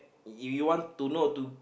if you wana to know to